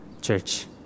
church